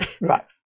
Right